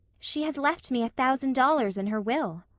she has left me a thousand dollars in her will.